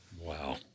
wow